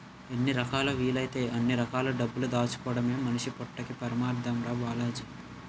ఎన్ని రకాలా వీలైతే అన్ని రకాల డబ్బులు దాచుకోడమే మనిషి పుట్టక్కి పరమాద్దం రా బాలాజీ